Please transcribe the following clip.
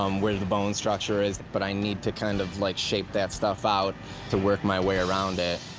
um where the bone structure is. but i need to kind of, like, shape that stuff out to work my way around it.